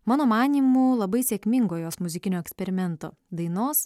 mano manymu labai sėkmingo jos muzikinio eksperimento dainos